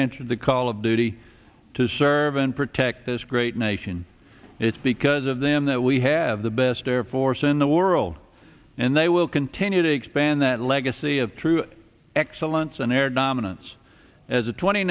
answered the call of duty to serve and protect this great nation it's because of them that we have the best air force in the world and they will continue to expand that legacy of true excellence and air dominance as a twenty